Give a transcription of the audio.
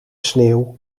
sneeuw